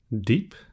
Deep